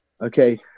okay